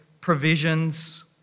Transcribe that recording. provisions